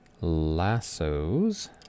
lassos